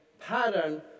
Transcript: pattern